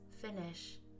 finish